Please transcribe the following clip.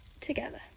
together